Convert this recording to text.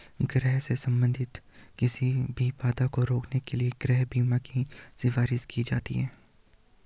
घर से संबंधित किसी भी बाधा को रोकने के लिए गृह बीमा की सिफारिश की जाती हैं